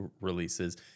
releases